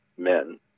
men